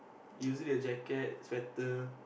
usually a jacket sweater